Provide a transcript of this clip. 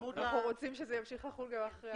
אנחנו רוצים שזה ימשיך לחול גם אחרי הקורונה.